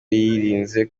yirinze